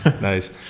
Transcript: Nice